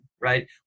right